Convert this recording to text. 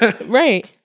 right